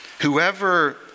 whoever